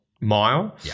mile